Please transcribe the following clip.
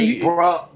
Bro